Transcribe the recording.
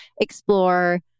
explore